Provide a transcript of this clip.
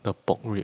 the pork rib